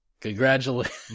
Congratulations